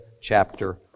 chapter